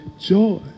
joy